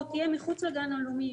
או תהיה מחוץ לגן הלאומי,